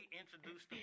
introduced